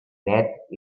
net